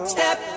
Step